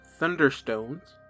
thunderstones